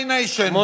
nation